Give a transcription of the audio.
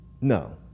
No